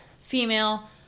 female